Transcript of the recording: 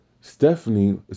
Stephanie